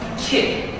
kid.